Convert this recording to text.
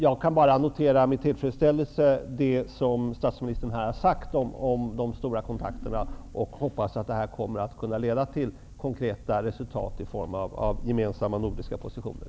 Jag kan med tillfredsställelse notera det statsministern har sagt om de omfattande kontakterna och hoppas att de kommer att kunna leda till konkreta resultat i form av gemensamma nordiska positioner.